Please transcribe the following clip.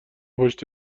پشت